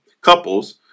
couples